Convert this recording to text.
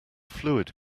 fluid